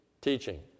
teaching